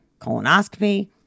colonoscopy